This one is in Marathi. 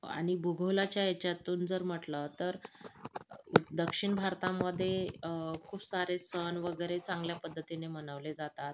आणि भूगोलाच्या ह्याच्यातून जर म्हटलं तर दक्षिण भारतामध्ये खूप सारे सण वगैरे चांगल्या पद्धतीने मनवले जातात